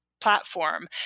platform